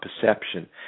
perception